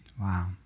Wow